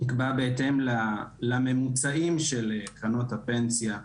נקבע בהתאם לממוצעים של קרנות הפנסיה,